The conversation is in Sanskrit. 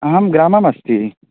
अहं ग्राममस्मि